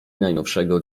najnowszego